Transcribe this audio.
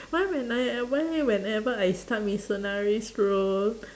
why when I I why whenever I start mitsunari's role